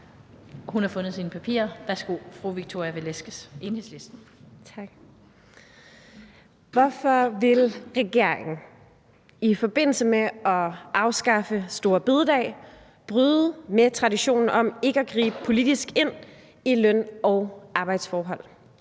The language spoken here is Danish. Velasquez, Enhedslisten. Kl. 15:17 Victoria Velasquez (EL): Hvorfor vil regeringen i forbindelse med at afskaffe store bededag bryde med traditionen om ikke at gribe politisk ind i løn- og arbejdsforhold?